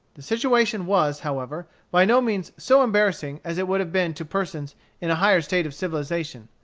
the situation was, however, by no means so embarrassing as it would have been to persons in a higher state of civilization.